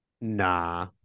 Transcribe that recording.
Nah